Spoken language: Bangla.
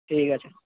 ঠিক আছে